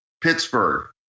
pittsburgh